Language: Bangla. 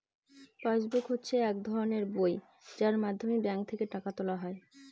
পাস বুক হচ্ছে এক ধরনের বই যার মাধ্যমে ব্যাঙ্ক থেকে টাকা তোলা হয়